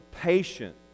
patient